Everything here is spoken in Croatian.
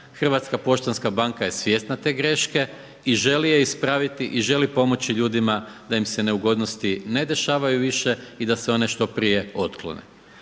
Hrvatska poštanska banka je svjesna te greške i želi je ispraviti i želi pomoći ljudima da im se neugodnosti ne dešavaju više i da se one što prije otklone.